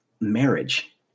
marriage